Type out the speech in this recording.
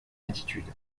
attitude